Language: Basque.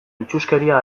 itsuskeria